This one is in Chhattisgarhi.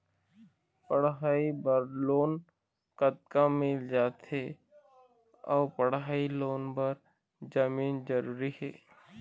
पढ़ई बर लोन कतका मिल जाथे अऊ पढ़ई लोन बर जमीन जरूरी हे?